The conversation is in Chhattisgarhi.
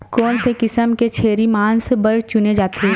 कोन से किसम के छेरी मांस बार चुने जाथे?